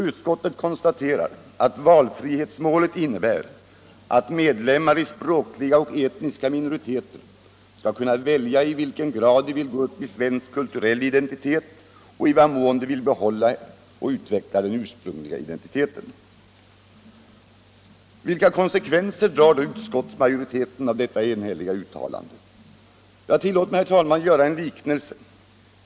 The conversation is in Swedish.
Utskottet konstaterar att valfrihetsmålet innebär att medlemmar i språkliga och etniska minoriteter skall kunna välja i vilken grad de vill gå upp i svensk kulturell identitet och i vilken mån de vill behålla och utveckla den ursprungliga identiteten. Vilka konsekvenser drar då utskottsmajoriteten av detta enhälliga uttalande? Tillåt mig, herr talman, att göra en liknelse.